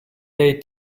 day